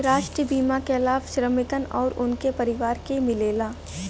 राष्ट्रीय बीमा क लाभ श्रमिकन आउर उनके परिवार के मिलेला